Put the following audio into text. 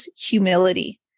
Humility